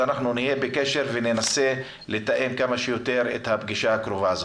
נהיה בקשר וננסה לתאם כמה שיותר את הפגישה הקרובה הזו.